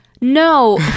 No